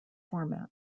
format